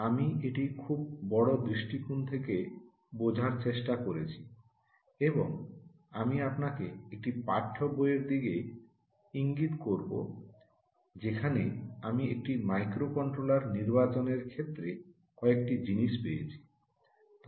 আমি এটি খুব বড় দৃষ্টিকোণ থেকে বোঝার চেষ্টা করেছি এবং আমি আপনাকে একটি পাঠ্য বইয়ের দিকে ইঙ্গিত করব যেখানে আমি একটি মাইক্রোকন্ট্রোলার নির্বাচনের ক্ষেত্রে কয়েকটি জিনিস পেয়েছি